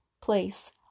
place